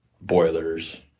boilers